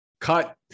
cut